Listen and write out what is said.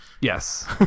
Yes